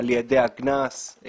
ידי הגנת הסביבה.